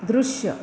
दृश्य